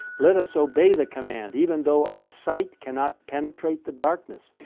let us obey the command, even though our sight cannot penetrate the darkness.